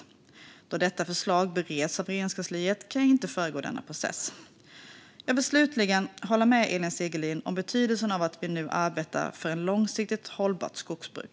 Då detta förslag bereds av Regeringskansliet kan jag inte föregå denna process. Jag vill slutligen hålla med Elin Segerlind om betydelsen av att vi nu arbetar för ett långsiktigt hållbart skogsbruk.